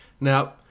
Now